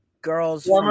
Girls